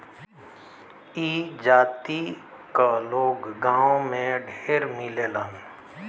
ई जाति क लोग गांव में ढेर मिलेलन